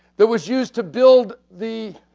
that was used to build the